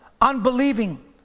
unbelieving